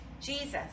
Jesus